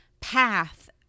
path